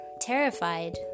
terrified